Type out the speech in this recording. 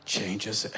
Changes